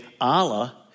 Allah